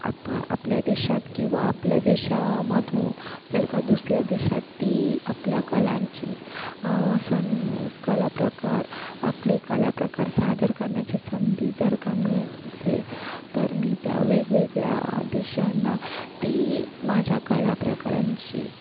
आप आपल्या देशात किंवा आपल्या देशामधून जर का दुसऱ्या देशात ती आपल्या कलांची सं कलाप्रकार आपली कलाप्रकार सादर करण्याची संधी जर का मिळत असेल तर मी त्या वेगवेगळ्या देशांना ती माझ्या कलाप्रकारांची